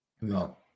No